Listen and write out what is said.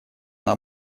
она